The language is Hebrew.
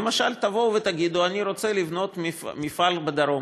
למשל תבואו ותגידו: אני רוצה לבנות מפעל בדרום.